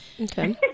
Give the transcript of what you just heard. Okay